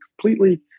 completely